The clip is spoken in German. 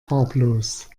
farblos